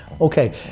Okay